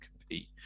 compete